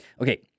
okay